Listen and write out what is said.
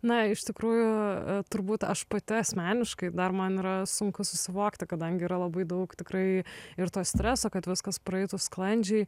na iš tikrųjų turbūt aš pati asmeniškai dar man yra sunku susivokti kadangi yra labai daug tikrai ir to streso kad viskas praeitų sklandžiai